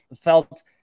felt